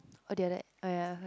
oh did your dad oh ya